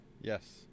Yes